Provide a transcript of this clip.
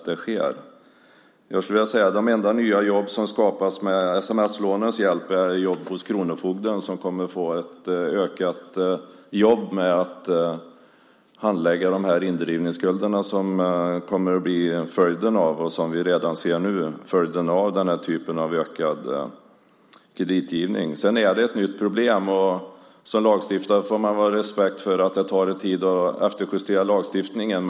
De enda nya jobb som skapas med sms-lånens hjälp är jobb hos kronofogden, som kommer att få ett ökat jobb med att handlägga de indrivningsskulder som blir följden av den här typen av ökad kreditgivning. Detta ser vi redan nu. Detta är ett nytt problem. Som lagstiftare får man ha respekt för att det tar tid att efterjustera lagstiftningen.